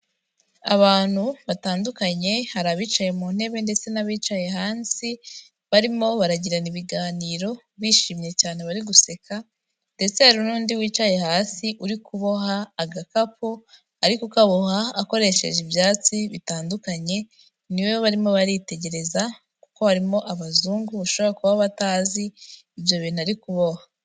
Abantu batandukanye, hari abicaye mu ntebe ndetse n'abicaye hasi barimo baragirana ibiganiro bishimye cyane bari guseka ndetse hari n'undi wicaye hasi uri kuboha agakapu ariko ukaboha akoresheje ibyatsi bitandukanye, niwe barimo baritegereza kuko harimo abazungu bashobora kuba batazi ibyo bintu ari kuboha.